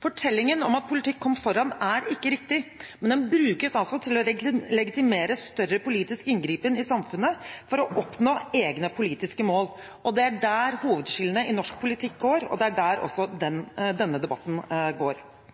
Fortellingen om at politikk kom foran er ikke riktig, men den brukes altså til å legitimere større politisk inngripen i samfunnet for å oppnå egne politiske mål. Det er der hovedskillene i norsk politikk går, og det er der også